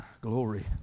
Glory